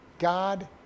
God